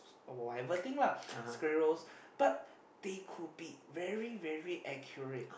whatever thing lah squirrel they could be very accurate